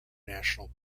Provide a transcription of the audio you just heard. national